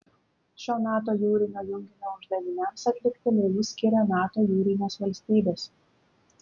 šio nato jūrinio junginio uždaviniams atlikti laivus skiria nato jūrinės valstybės